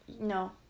no